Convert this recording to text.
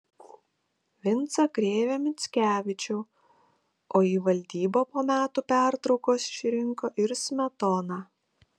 vincą krėvę mickevičių o į valdybą po metų pertraukos išrinko ir smetoną